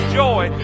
joy